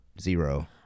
Zero